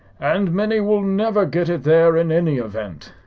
and many will never get it there in any event,